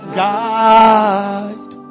guide